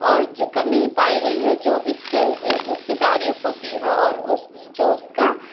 اور جو کمی پائی گئی ہے جو اس کے اس کی تاریخ ہوتی ہے اور اس جو اس کا